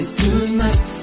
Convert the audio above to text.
tonight